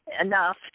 enough